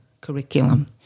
curriculum